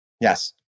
Yes